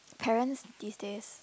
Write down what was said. parents these days